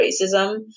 racism